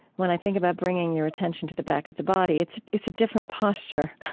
when i think about bringing your attention to the back of the body, it's it's a different posture,